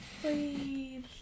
please